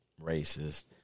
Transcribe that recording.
racist